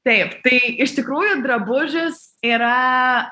taip tai iš tikrųjų drabužis yra